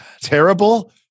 terrible